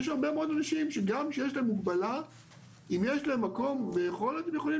יש הרבה מאוד אנשים שגם כשיש להם מגבלה אם יש להם מקום ויכולת הם יכולים